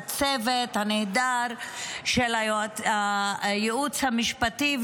לצוות הנהדר של הייעוץ המשפטי,